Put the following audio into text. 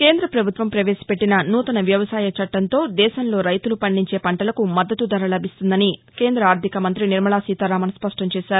కేంద్రప్రభుత్వం ప్రవేసపెట్టిన నూతన వ్యవసాయ చట్టంతోదేశంలో రైతులు పండించే పంటలకు మద్దతు ధర లభిస్తుందని ఆర్టికమంతి నిర్మలా సీతారామన్ స్పష్టంచేశారు